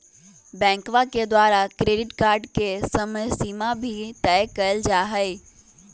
बैंकवा के द्वारा क्रेडिट कार्ड के समयसीमा भी तय कइल जाहई